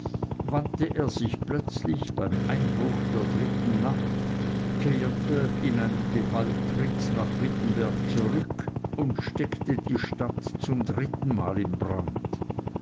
wandte er sich plötzlich beim einbruch der dritten nacht kehrte in einem gewaltritt nach wittenberg zurück und steckte die stadt zum drittenmal in brand